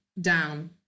down